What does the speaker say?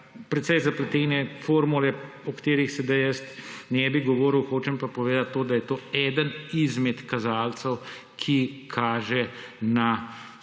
precej zapletene formule, o katerih sedaj jaz ne bi govoril. Hočem pa povedati to, da je to eden izmed kazalcev, ki kaže na stanje